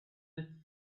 with